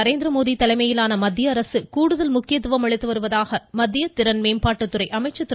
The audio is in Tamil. நரேந்திரமோடி தலைமையிலான மத்திய அரசு கூடுதல் முக்கியத்துவம் அளித்து வருவதாக மத்திய திறன் மேம்பாட்டு துறை அமைச்சர் திரு